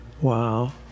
Wow